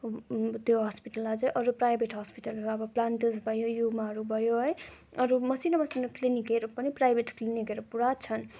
त्यो हस्पिटल अझ अरू प्राइभेट हस्पिटलहरू अब प्लान्टर्स भयो युमाहरू भयो है अनि अरू मसिनो मसिनो क्लिनिकहरू पनि प्राइभेट क्लिनिकहरू पुरा छन्